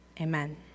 Amen